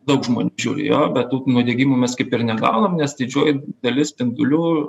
daug žmonių žiūri jo bet tų nudegimų mes kaip ir negaunam nes didžioji dalis spindulių